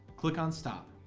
click on stop.